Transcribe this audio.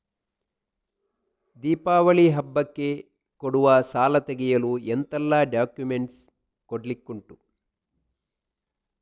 ದೀಪಾವಳಿ ಹಬ್ಬಕ್ಕೆ ಕೊಡುವ ಸಾಲ ತೆಗೆಯಲು ಎಂತೆಲ್ಲಾ ಡಾಕ್ಯುಮೆಂಟ್ಸ್ ಕೊಡ್ಲಿಕುಂಟು?